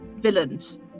villains